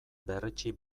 berretsi